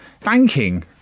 thanking